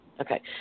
Okay